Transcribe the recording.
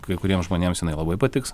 kai kuriems žmonėms jinai labai patiks